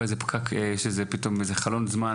שכשהיה לנו איזה חלון של זמן